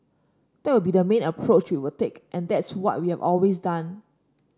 that would be the main approach we would take and that's what we have always done